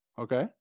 okay